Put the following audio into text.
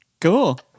Cool